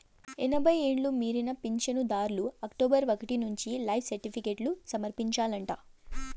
ఎనభై ఎండ్లు మీరిన పించనుదార్లు అక్టోబరు ఒకటి నుంచి లైఫ్ సర్టిఫికేట్లు సమర్పించాలంట